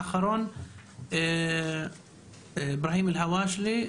ואחרון אברהים אלהואשלה,